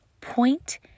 point